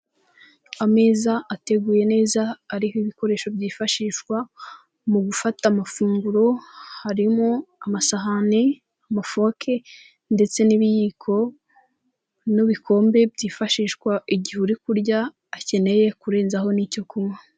Ameza ateguye neza, ariho ibikoresho byifashishwa mu gufata amafunguro, harimo amasahani, amafoke ndetse n'ibiyiko, n'ibikombe byifashishwa igihe uri kurya akeneye kurenzaho n'icyo kunywa.